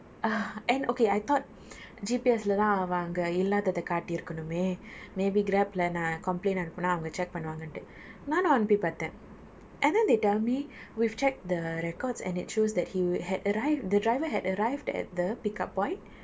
ugh and okay I thought G_P_S லே தான் அவன் அங்கே இல்லாததை காட்டிருக்கனுமே:le thaan avan ange illathathai kaatirukkanume maybe Grab லே நா:le naa complaint அனுப்புனா அவங்க:anuppunaa avangae check பன்னுவாங்கனுட்டு நானும் அனுப்பி பார்த்தேன்:pannuvaanganuttu naanum anuppi paarthen and then they tell me we've checked the records and it shows that he had arrived the driver had arrived at the pickup point